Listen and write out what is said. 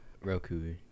Roku